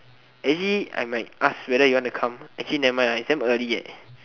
actually I might ask whether you want to come actually nevermind ah it's damn early eh